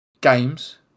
games